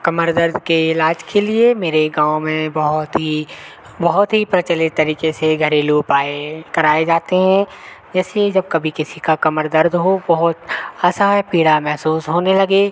कमर दर्द के इलाज के लिए मेरे गाँव में बहुत ही बहुत ही प्रचलित तरीके से घरेलू उपाय कराए जाते हैं जैसे जब कभी किसी का कमर दर्द हो बहुत असहाय पीड़ा महसूस होने लगे